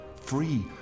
free